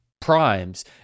primes